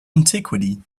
antiquity